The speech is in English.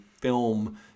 film